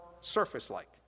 surface-like